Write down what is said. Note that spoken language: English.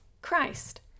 Christ